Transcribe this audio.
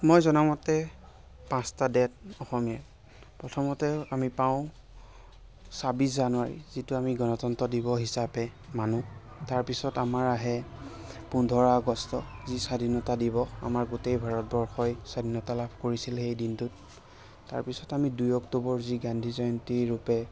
মই জনামতে পাঁচটা ডেট অসমীয়াৰ প্ৰথমতে আমি পাওঁ ছাব্বিছ জানুৱাৰী যিটো আমি গণতন্ত্ৰ দিৱস হিচাপে মানো তাৰপিছত আমাৰ আহে পোন্ধৰ আগষ্ট যি স্বাধীনতা দিৱস আমাৰ গোটেই ভাৰতবৰ্ষই স্বাধীনতা লাভ কৰিছিলে সেইদিনটোত তাৰপিছত আমি দুই অক্টোবৰ যি গান্ধী জয়ন্তীৰূপে